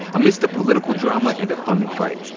amidst the political drama and a funding fight,